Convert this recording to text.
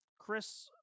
Chris